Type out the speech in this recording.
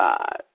God